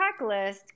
checklist